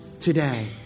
today